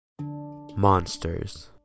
monsters